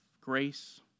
grace